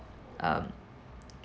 um